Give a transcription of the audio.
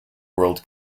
world